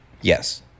Yes